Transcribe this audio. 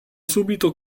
subito